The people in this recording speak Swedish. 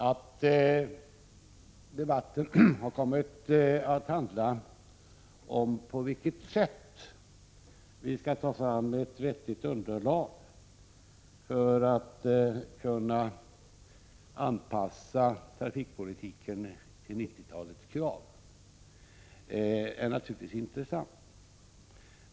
Att debatten har kommit att handla om på vilket sätt vi skall ta fram ett vettigt underlag för att kunna anpassa trafikpolitiken till 1990-talets krav är naturligtvis intressant.